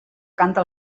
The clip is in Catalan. canta